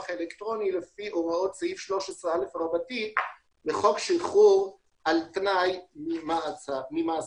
אלקטרוני לפי הוראות סעיף 13א' רבתי בחוק שחרור על תנאי ממאסר.